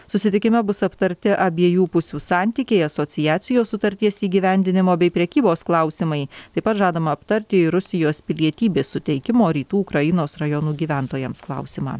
susitikime bus aptarti abiejų pusių santykiai asociacijos sutarties įgyvendinimo bei prekybos klausimai taip pat žadama aptarti ir rusijos pilietybės suteikimo rytų ukrainos rajonų gyventojams klausimą